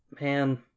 man